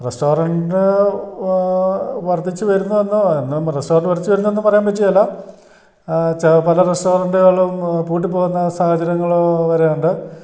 restaurant വർദ്ധിച്ചു വരുന്നതെന്ന് എന്നും റെസ്റ്റോറൻ്റ് വർദ്ധിച്ചു വരുന്നതെന്നും പറയാൻ പറ്റുകയില്ല പല റസ്റ്റോറൻ്റുകളും പൂട്ടിപ്പോകുന്ന സാഹചര്യങ്ങൾവരെ ഉണ്ട്